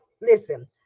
Listen